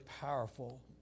powerful